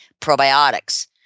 Probiotics